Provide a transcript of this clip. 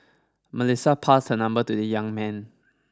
Melissa passed her number to the young man